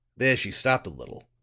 there she stopped a little,